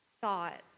thought